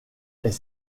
est